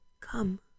Come